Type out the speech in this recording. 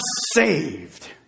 saved